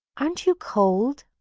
aren't you cold?